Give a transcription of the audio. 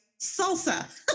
salsa